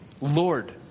Lord